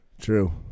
True